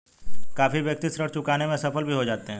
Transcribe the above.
काफी व्यक्ति ऋण चुकाने में असफल भी हो जाते हैं